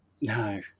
No